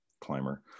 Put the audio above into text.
climber